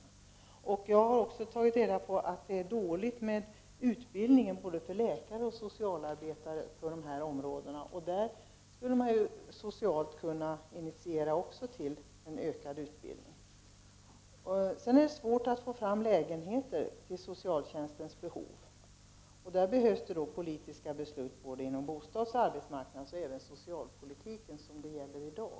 Jag har också tagit reda på att det är dåligt med utbildningen både för läkare och för socialarbetare på de här områdena, och man borde kunna initiera flera till ökad utbildning. Vidare är det svårt att få fram lägenheter för socialtjänstens behov. Där behövs det politiska beslut inom både bostadsoch arbetsmarknadspolitiken liksom inom socialpolitiken, som det gäller i dag.